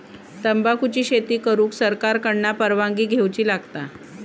तंबाखुची शेती करुक सरकार कडना परवानगी घेवची लागता